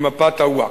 ממפת הווקף.